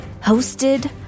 hosted